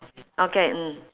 okay mm